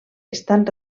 estan